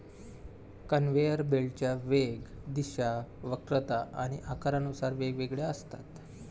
conveyor बेल्टच्या वेग, दिशा, वक्रता आणि आकारानुसार वेगवेगळ्या असतात